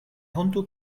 hontu